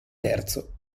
terzo